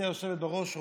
גברתי היושבת בראש,